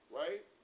right